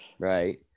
Right